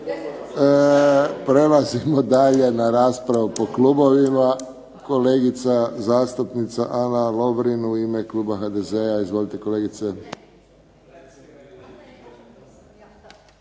Prelazimo na dalje na raspravu po klubovima, kolegica zastupnica Ana Lovrin u ime Kluba HDZ-a. Izvolite kolegice.